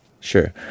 Sure